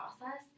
process